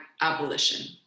abolition